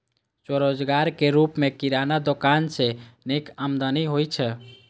स्वरोजगारक रूप मे किराना दोकान सं नीक आमदनी होइ छै